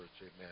amen